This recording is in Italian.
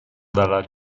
dalla